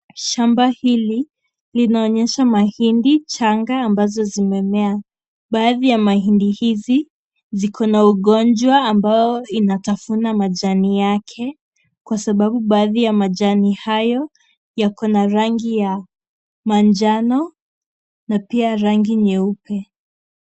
Shamba hili linaonyesha mahindi changa ambazo zimemea. Baadhi ya mahindi hizi ziko na ugonjwa ambao inatafuna majani yake kwa sababu baadhi ya majani hayo yako na rangi ya manjano na pia rangi nyeupe.